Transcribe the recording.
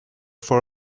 for